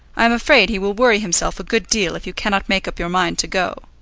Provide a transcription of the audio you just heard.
i am afraid he will worry himself a good deal if you cannot make up your mind to go.